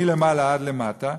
מלמעלה עד למטה,